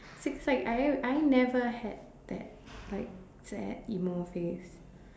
it's like I am I never had that like sad emo phase